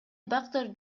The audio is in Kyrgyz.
бактар